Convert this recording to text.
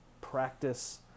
practice